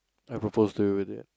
I propose to you with it